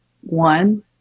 One